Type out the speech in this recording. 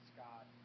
Scott